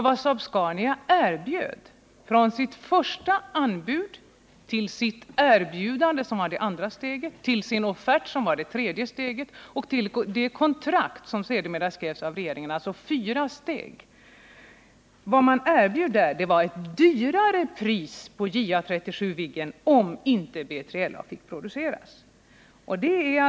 Vad Saab-Scania erbjöd — från sitt första bud till det kontrakt som sedermera undertecknades av regeringen — var ett högre pris på JA 37 Viggen, om inte B3LA fick produceras.